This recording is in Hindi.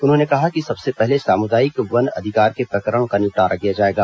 उन्होंने कहा कि सबसे पहले सामुदायिक वन अधिकार के प्रकरणों का निपटारा किया जाएगा